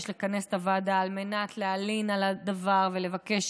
לכנס את הוועדה על מנת להלין על הדבר ולבקש